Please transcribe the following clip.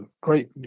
great